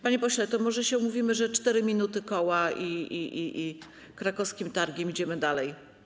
Panie pośle, to może się umówimy, że koła - 4 minuty, i krakowskim targiem idziemy dalej.